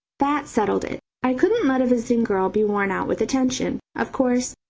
that settled it i couldn't let a visiting girl be worn out with attention. of course,